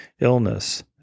illness